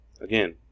Again